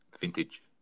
Vintage